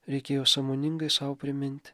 reikėjo sąmoningai sau priminti